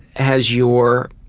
has your,